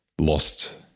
lost